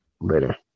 later